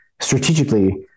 strategically